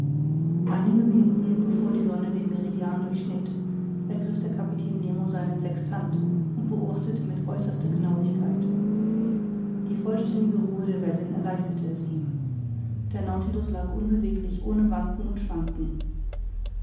einige minuten bevor die sonne den meridian durchschnitt ergriff der kapitän nemo seinen sextant und beobachtete mit äußerster genauigkeit die vollständige ruhe der wellen erleichterte es ihm der nautilus lag unbeweglich ohne wanken und schwanken